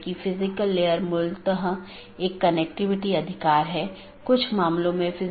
तो इस ईजीपी या बाहरी गेटवे प्रोटोकॉल के लिए लोकप्रिय प्रोटोकॉल सीमा गेटवे प्रोटोकॉल या BGP है